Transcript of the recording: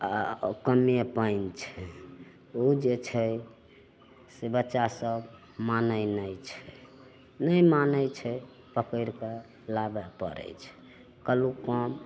आओर कम्मे पानि छै ओ जे छै से बच्चा सब मानय नहि छै नहि मानय छै पकैड़ि कए लाबऽ पड़य छै कहलहुँ कम